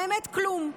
האמת, כלום.